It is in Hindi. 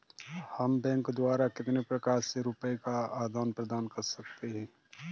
हम बैंक द्वारा कितने प्रकार से रुपये का आदान प्रदान कर सकते हैं?